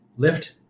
Lift